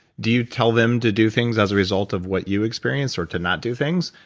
do you tell them to do things as a result of what you experienced or to not do things?